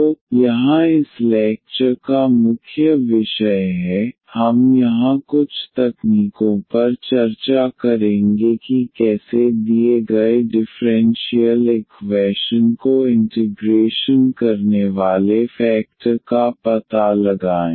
तो यहाँ इस लैक्चर का मुख्य विषय है हम यहाँ कुछ तकनीकों पर चर्चा करेंगे कि कैसे दिए गए डिफ़्रेंशियल इक्वैशन को इंटिग्रेशन करने वाले फेकटर का पता लगाएं